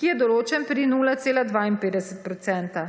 ki je določen pri 0,52 %.